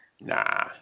Nah